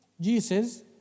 Jesus